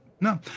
no